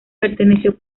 perteneció